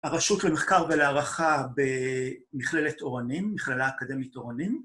הרשות למחקר ולהערכה במכללת אורנים, מכללה אקדמית אורנים.